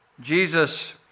Jesus